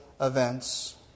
events